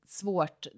svårt